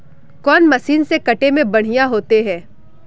कौन मशीन से कते में बढ़िया होते है?